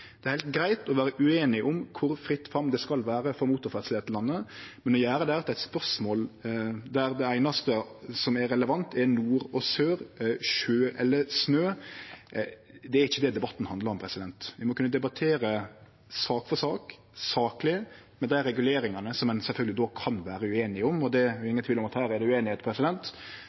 Det er heilt greitt å vere ueinige om kor fritt fram det skal vere for motorferdsel i dette landet, men å gjere dette til eit spørsmål der det einaste som er relevant, er nord og sør, sjø eller snø – det er ikkje det debatten handlar om. Vi må kunne debattere sak for sak, sakleg, ut frå dei reguleringane som ein sjølvsagt kan vere ueinige om – og det er jo ingen tvil om at her er det ueinigheit.